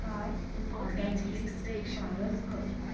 कांय उत्पादांची शिफारस कर